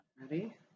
Ready